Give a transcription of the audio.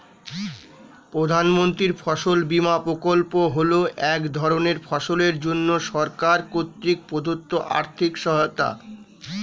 প্রধানমন্ত্রীর ফসল বিমা প্রকল্প হল এক ধরনের ফসলের জন্য সরকার কর্তৃক প্রদত্ত আর্থিক সহায়তা